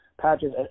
Patrick